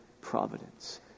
providence